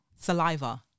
saliva